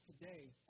today